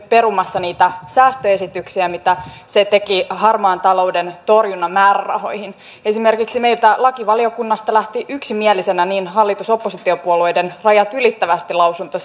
perumassa niitä säästöesityksiä mitä se teki harmaan talouden torjunnan määrärahoihin esimerkiksi meiltä lakivaliokunnasta lähti yksimielisenä hallitus ja oppositiopuolueiden rajat ylittävästi lausunto